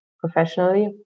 professionally